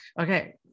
okay